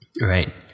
right